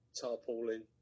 tarpaulin